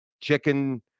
Chicken